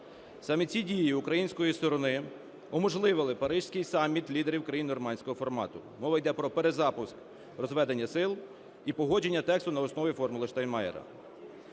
Саме ці дії української сторони уможливили паризький саміт лідерів країн "нормандського формату", мова йде про перезапуск розведення сил і погодження тексту на основі "формули Штайнмайєра".